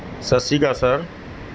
Sat Sri Akal sir